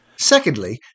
Secondly